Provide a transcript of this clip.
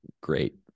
great